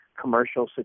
commercial